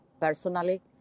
personally